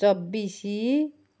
ଚବିଶ